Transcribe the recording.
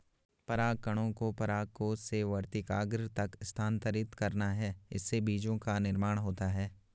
परागकणों को परागकोश से वर्तिकाग्र तक स्थानांतरित करना है, इससे बीजो का निर्माण होता है